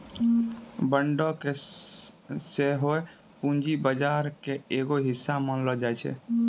बांडो के सेहो पूंजी बजार के एगो हिस्सा मानलो जाय छै